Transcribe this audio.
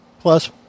Plus